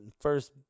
first